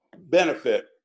benefit